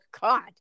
God